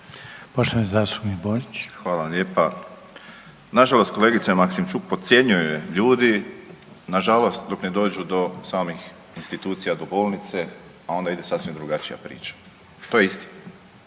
**Borić, Josip (HDZ)** Hvala vam lijepa. Nažalost kolegice Maksimčuk, podcjenjuje ljudi nažalost dok ne dođu do samih institucija, do bolnice, pa onda ide sasvim drugačija priča. To je istina.